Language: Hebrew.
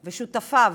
ושותפיו.